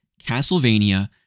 Castlevania